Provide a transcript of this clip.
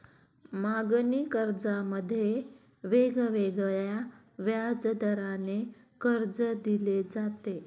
मागणी कर्जामध्ये वेगवेगळ्या व्याजदराने कर्ज दिले जाते